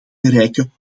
bereiken